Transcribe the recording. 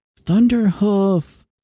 Thunderhoof